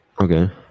Okay